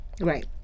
Right